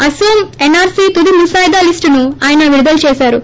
అనోం NRC తుది మునోయిదా లిస్టును ఆయన విడుదల చేశారు